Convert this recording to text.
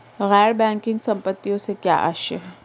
गैर बैंकिंग संपत्तियों से क्या आशय है?